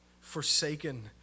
forsaken